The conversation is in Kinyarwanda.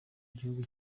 igihugu